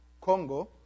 Congo